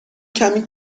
کمی